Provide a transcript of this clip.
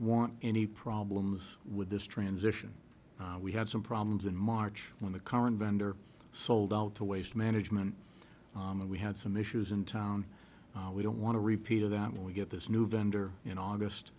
want any problems with this transition we had some problems in march when the current vendor sold out to waste management and we had some issues in town we don't want to repeat of that when we get this new vendor in august